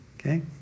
Okay